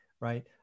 right